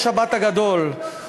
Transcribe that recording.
בשבת הגדול.